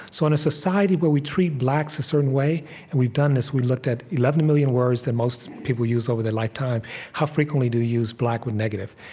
so in a society where we treat blacks a certain way and we've done this. we looked at eleven million words that most people use over their lifetime how frequently do you use black with negative?